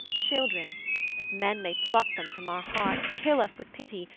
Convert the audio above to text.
children that men may pluck them from our hearts, kill us with pity,